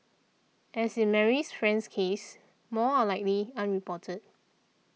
as in Marie's friend's case more are likely unreported